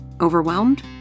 Overwhelmed